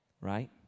Right